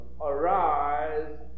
arise